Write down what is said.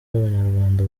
b’abanyarwanda